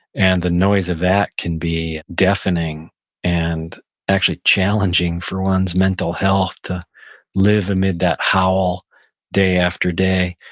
and the noise of that can be deafening and actually challenging for one's mental health to live amid that howl day after day.